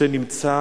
משה נמצא